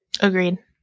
Agreed